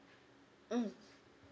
mm